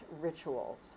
rituals